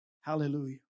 Hallelujah